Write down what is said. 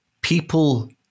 people